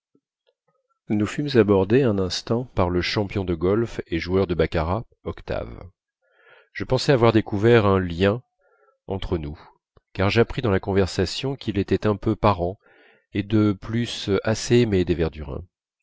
nous fûmes abordés un instant par le champion de golf et joueur de baccara octave je pensai avoir découvert un lien entre nous car j'appris dans la conversation qu'il était un peu parent et de plus assez aimé des verdurin